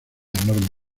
enorme